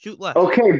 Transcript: Okay